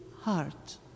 heart